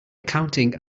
accounting